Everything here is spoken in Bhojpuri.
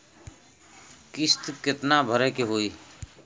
किस्त कितना भरे के होइ?